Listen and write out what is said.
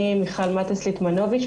אני מיכל מטס ליטמנוביץ,